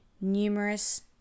numerous